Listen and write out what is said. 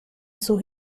sus